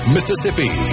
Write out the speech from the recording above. Mississippi